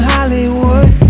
Hollywood